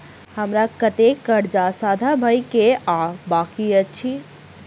हमरा कतेक कर्जा सधाबई केँ आ बाकी अछि?